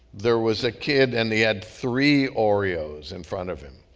there was a kid and he had three oreos in front of him.